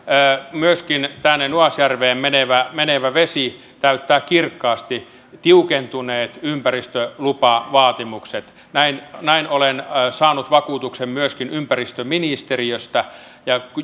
myöskin nuasjärveen menevä menevä vesi täyttää kirkkaasti tiukentuneet ympäristölupavaatimukset olen saanut vakuutuksen myöskin ympäristöministeriöstä että näin on